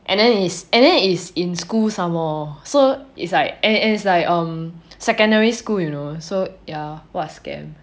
and then it's and then it's in school some more so it's like and then it's like um secondary you know so ya what a scam